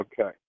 Okay